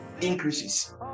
increases